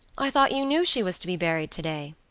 i thought you knew she was to be buried today.